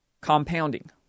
compounding